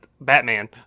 Batman